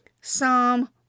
Psalm